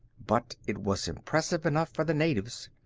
but it was impressive enough for the natives.